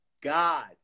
God